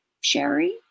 Sherry